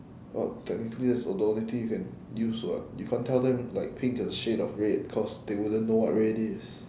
oh technically that's the only thing you can use [what] you can't tell them like pink is a shade of red cause they wouldn't know what red is